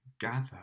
gather